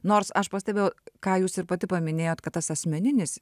nors aš pastebėjau ką jūs ir pati paminėjot kad tas asmeninis